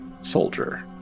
soldier